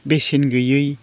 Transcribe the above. बेसेन गैयै